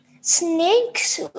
snakes